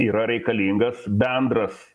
yra reikalingas bendras